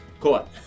Cool